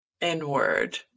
inward